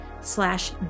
slash